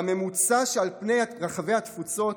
בממוצע שעל פני רחבי התפוצות,